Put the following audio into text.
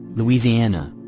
louisiana.